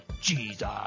Jesus